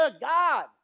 God